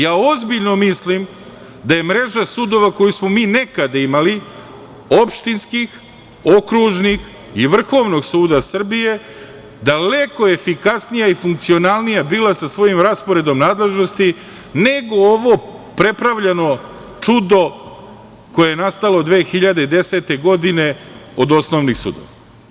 Ja ozbiljno mislim da je mreža sudova koju smo mi nekada imali, opštinskih, okružnih i Vrhovnog suda Srbije daleko efikasnija i funkcionalnija bila sa svojim rasporedom nadležnosti nego ovo prepravljano čudo koje je nastalo 2010. godine od osnovnih sudova.